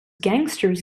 gangsters